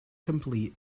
complete